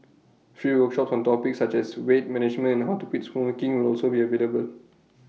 free workshops on topics such as weight management and how to quit smoking will also be available